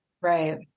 Right